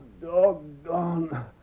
doggone